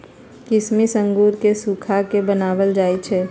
किशमिश अंगूर के सुखा कऽ बनाएल जाइ छइ